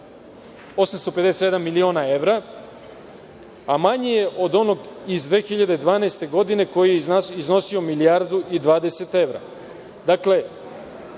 857 miliona evra, a manji je od onog iz 2012. godine koji je iznosio milijardu i 20 evra.